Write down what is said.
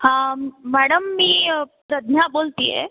हा मॅडम मी प्रज्ञा बोलत आहे